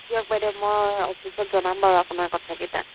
দিয়ক বাইদেউ মই অফিচত জনাম বাৰু আপোনাৰ কথা কেইটা